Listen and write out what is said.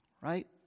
right